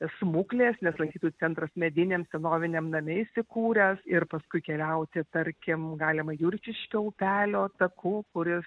smuklės nes lankytojų centras mediniam senoviniam name įsikūręs ir paskui keliauti tarkim galima jurkiškio upelio taku kuris